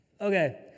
Okay